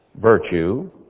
virtue